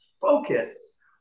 focus